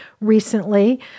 recently